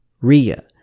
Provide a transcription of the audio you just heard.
RIA